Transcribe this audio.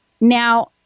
Now